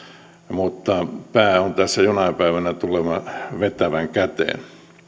mutta pää on tässä jonain päivänä tuleva vetävän käteen